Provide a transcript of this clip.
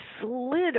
slid